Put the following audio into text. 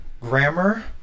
grammar